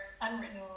unwritten